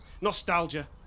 Nostalgia